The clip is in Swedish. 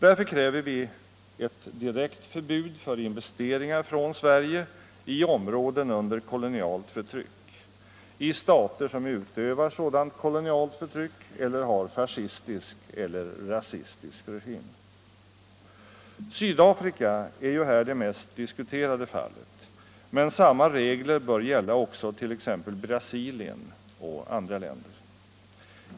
Därför kräver vi ett direkt förbud för investeringar från Sverige i områden under kolonialt förtryck, i stater som utövar sådant kolonialt förtryck eller har fascistisk eller rasistisk regim. Sydafrika är här det mest diskuterade fallet, men samma regler bör även gälla t.ex. Brasilien och andra länder.